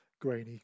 grainy